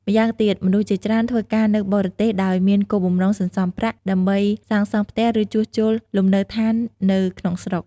ម្យ៉ាងទៀត មនុស្សជាច្រើនធ្វើការនៅបរទេសដោយមានគោលបំណងសន្សំប្រាក់ ដើម្បីសាងសង់ផ្ទះឬជួសជុលលំនៅឋាននៅក្នុងស្រុក។